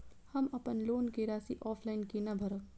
हम अपन लोन के राशि ऑफलाइन केना भरब?